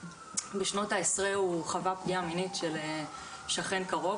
בשנות העשרה הוא חווה פגיעה מינית של שכן קרוב,